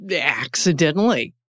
accidentally